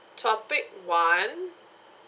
topic one